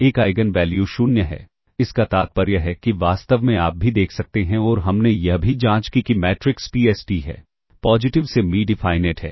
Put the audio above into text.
एक eigen value 0 है इसका तात्पर्य है कि वास्तव में आप भी देख सकते हैं और हमने यह भी जांच की कि मैट्रिक्स P S D है पॉजिटिव सेमी डिफाइनेट है